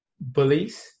bullies